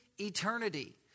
eternity